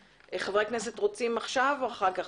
חברי הכנסת, רוצים להתייחס עכשיו או אחר כך?